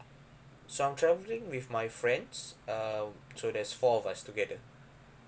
so I'm travelling with my friends uh so there's four of us together